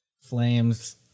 flames